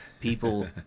People